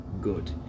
good